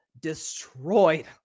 destroyed